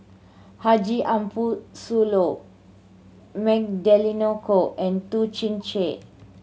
Haji Ambo Sooloh Magdalene Khoo and Toh Chin Chye